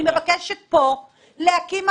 אני מבקשת להקים,